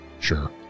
sure